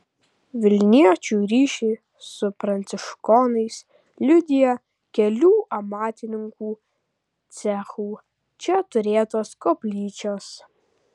vilniečių ryšį su pranciškonais liudija kelių amatininkų cechų čia turėtos koplyčios